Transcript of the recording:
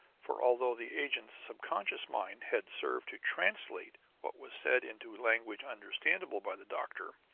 for, although the agent's subconscious mind had served to translate what was said into language understandable by the doctor,